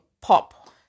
pop